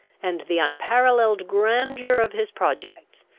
and the unparalleled grandeur of his projects,